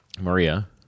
Maria